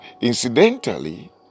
incidentally